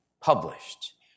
published